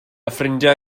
ffrindiau